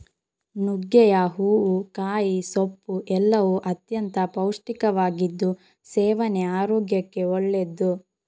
ನುಗ್ಗೆಯ ಹೂವು, ಕಾಯಿ, ಸೊಪ್ಪು ಎಲ್ಲವೂ ಅತ್ಯಂತ ಪೌಷ್ಟಿಕವಾಗಿದ್ದು ಸೇವನೆ ಆರೋಗ್ಯಕ್ಕೆ ಒಳ್ಳೆದ್ದು